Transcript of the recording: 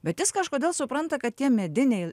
bet jis kažkodėl supranta kad tie mediniai